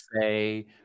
say